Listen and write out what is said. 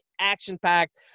Action-packed